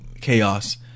chaos